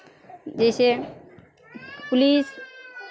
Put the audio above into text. जइसे पुलिस